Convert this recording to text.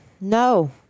No